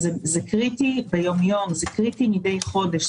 זה קריטי ביום יום וזה קריטי מדי חודש.